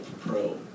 pro